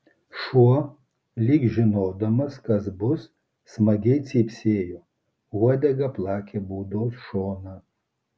šuo lyg žinodamas kas bus smagiai cypsėjo uodega plakė būdos šoną